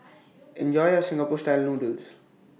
Enjoy your Singapore Style Noodles